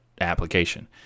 application